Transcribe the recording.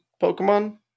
Pokemon